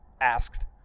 asked